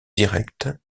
directes